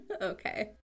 Okay